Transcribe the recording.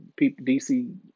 DC